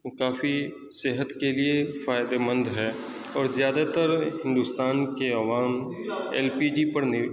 کافی صحت کے لیے فائدے مند ہے اور زیادہ تر ہندوستان کے عوام ایل پی جی پر